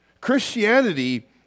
Christianity